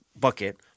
bucket